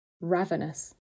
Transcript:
ravenous